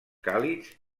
càlids